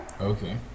Okay